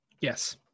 Yes